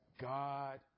God